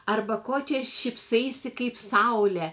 arba ko čia šypsaisi kaip saulė